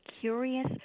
curious